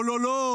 לא לא לא,